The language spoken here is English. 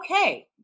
okay